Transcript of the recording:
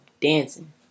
dancing